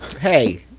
Hey